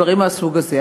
דברים מהסוג הזה.